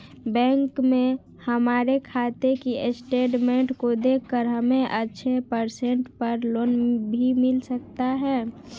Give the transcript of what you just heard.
bank में हमारे खाने की स्टेटमेंट को देखकर हमे अच्छे परसेंट पर लोन भी मिल सकता है